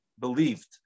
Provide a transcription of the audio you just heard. believed